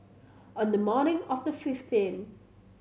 on the morning of the fifteenth